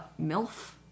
MILF